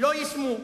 לא יישמו.